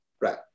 right